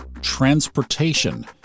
transportation